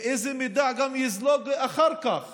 איזה מידע גם יזלוג אחר כך